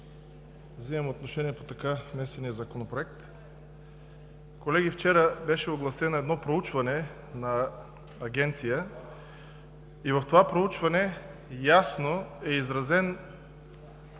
Взимам отношение по така внесения Законопроект. Колеги, вчера беше огласено проучване на агенция, в което ясно е изразено